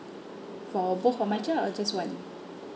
for both of my child or just one